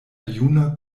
juna